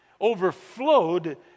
overflowed